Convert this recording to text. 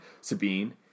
sabine